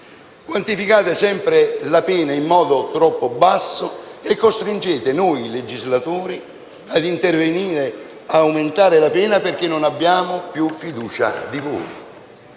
quantificate sempre la pena in modo troppo basso e costringete noi legislatori ad intervenire per aumentarla, perché non abbiamo più fiducia in voi.